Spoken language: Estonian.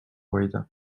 hoida